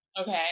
Okay